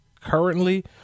currently